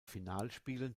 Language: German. finalspielen